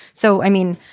so, i mean,